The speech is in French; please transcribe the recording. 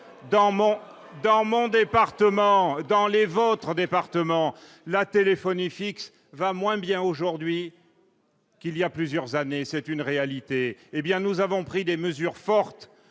Dans mon département, comme dans les vôtres, la téléphonie fixe va moins bien aujourd'hui qu'il y a plusieurs années ; c'est une réalité ! Nous avons pris des mesures fortes